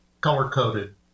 color-coded